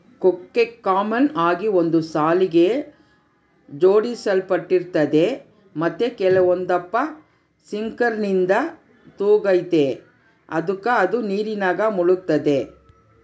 ಕೊಕ್ಕೆ ಕಾಮನ್ ಆಗಿ ಒಂದು ಸಾಲಿಗೆ ಜೋಡಿಸಲ್ಪಟ್ಟಿರ್ತತೆ ಮತ್ತೆ ಕೆಲವೊಂದಪ್ಪ ಸಿಂಕರ್ನಿಂದ ತೂಗ್ತತೆ ಅದುಕ ಅದು ನೀರಿನಾಗ ಮುಳುಗ್ತತೆ